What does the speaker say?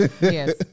Yes